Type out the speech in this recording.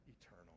eternal